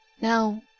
Now